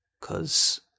Cause